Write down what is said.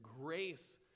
grace